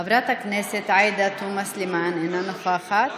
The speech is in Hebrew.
חברת הכנסת עאידה תומא סלימאן, אינה נוכחת.